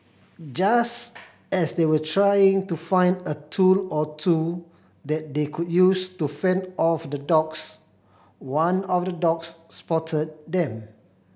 just as they were trying to find a tool or two that they could use to fend off the dogs one of the dogs spotted them